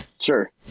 Sure